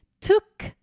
took